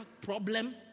problem